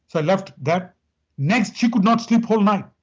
i left that next, she could not sleep whole night.